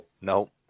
Nope